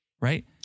Right